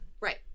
Right